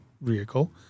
vehicle